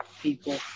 People